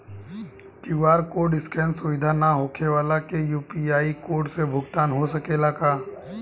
QR code scan सुविधा ना होखे वाला के यू.पी.आई कोड से भुगतान हो सकेला का?